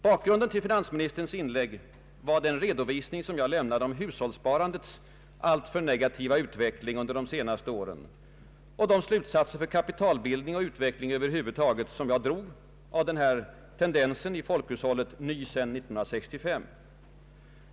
Bakgrunden till finansministerns inlägg var den redovisning jag lämnade om hushållssparandets alltför negativa utveckling under de senaste åren och de slutsatser för kapitalbildning och utveckling över huvud taget som jag drog av denna tendens i folkhushållet, ny sedan 19635.